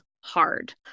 hard